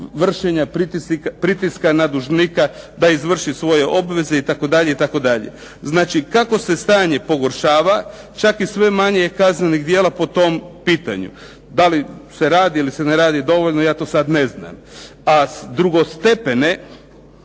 vršenja pritiska na dužnika da izvrši svoje obveze" itd., itd. Znači kako se stanje pogoršava, čak je sve manje kaznenih djela po tom pitanju. Da li se radi ili ne radi dovoljno, ja to sada ne znam. A drugostepene